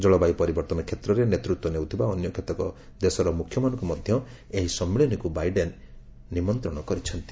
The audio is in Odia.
ଜଳବାୟୁ ପରିବର୍ତ୍ତନ କ୍ଷେତ୍ରରେ ନେତୃତ୍ୱ ନେଉଥିବା ଅନ୍ୟ କେତେକ ଦେଶର ମୁଖ୍ୟମାନଙ୍କୁ ମଧ୍ୟ ଏହି ସମ୍ମିଳନୀକୁ ବାଇଡେନ୍ ନିମନ୍ତ୍ରଣ କରିଛନ୍ତି